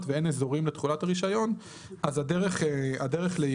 ואין אזורים לתכולת הרישיון אז הדרך ליידוע